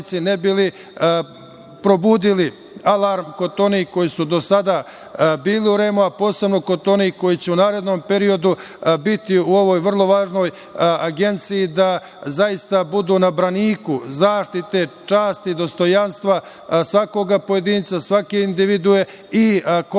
ne bi li probudili alarm kod onih koji su do sada bili u REM-u, a posebno kod onih koji će u narednom periodu biti u ovoj vrlo važnoj agenciji da zaista budu na braniku zaštite časti i dostojanstva svakog pojedinca, svake individue i konačno